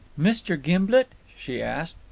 mr. gimblet? she asked.